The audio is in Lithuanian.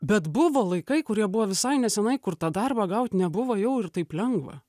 bet buvo laikai kurie buvo visai neseniai kur tą darbą gaut nebuvo jau ir taip lengva